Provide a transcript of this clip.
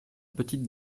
petite